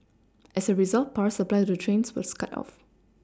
as a result power supply to the trains was cut off